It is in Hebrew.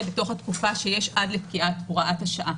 בתוך התקופה שיש עד לפקיעת הוראת השעה,